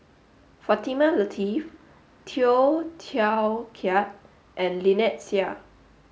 Fatimah Lateef Tay Teow Kiat and Lynnette Seah